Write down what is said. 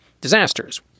disasters